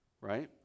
right